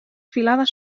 filada